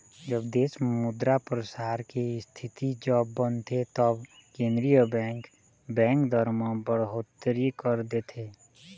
जब देश म मुद्रा परसार के इस्थिति जब बनथे तब केंद्रीय बेंक, बेंक दर म बड़होत्तरी कर देथे